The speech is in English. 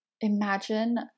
imagine